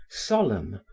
solemn,